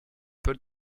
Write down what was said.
peu